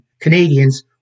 Canadians